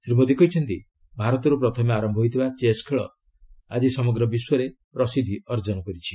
ଶ୍ରୀ ମୋଦୀ କହିଛନ୍ତି ଭାରତରୁ ପ୍ରଥମେ ଆରମ୍ଭ ହୋଇଥିବା ଚେସ୍ ଖେଳ ଆଜି ସମଗ୍ର ବିଶ୍ୱରେ ପ୍ରସିଦ୍ଧି ଅର୍ଜନ କରିଛି